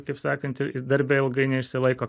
kaip sakant ir darbe ilgai neišsilaiko